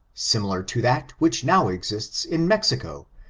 similar to that which now exists in mexico,